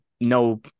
no